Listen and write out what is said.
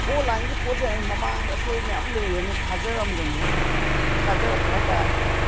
ꯑꯣꯟꯂꯥꯏꯟꯒꯤ ꯄꯣꯠꯁꯦ ꯑꯩꯅ ꯃꯃꯥꯡꯗ ꯑꯁꯣꯏꯕ ꯃꯌꯥꯝ ꯂꯩꯈ꯭ꯔꯕꯅꯦ ꯊꯥꯖꯔꯝꯗꯕꯅꯦ ꯍꯥꯏꯗꯤ ꯌꯥꯝ ꯊꯤꯅ ꯊꯥꯖꯔꯛꯄ ꯍꯥꯏꯇꯥꯔꯦ